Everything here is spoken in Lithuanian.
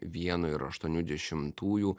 vieno ir aštuonių dešimtųjų